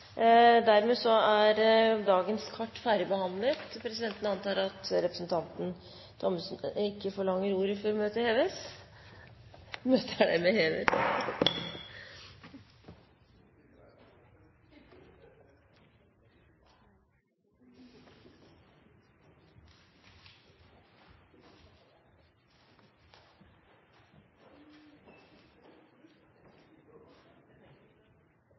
Dermed er dagens kart ferdigbehandlet. Presidenten antar at representanten Thommessen ikke forlanger ordet før møtet heves. – Møtet er hevet.